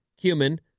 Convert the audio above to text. cumin